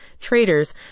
traders